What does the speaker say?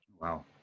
wow